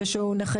נכה,